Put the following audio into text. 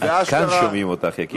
עד כאן שומעים אותך, יקירתי.